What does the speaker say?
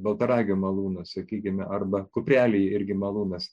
baltaragio malūnas sakykime arba kuprelyj irgi malūnas